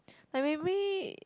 like maybe